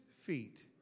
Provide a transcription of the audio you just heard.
feet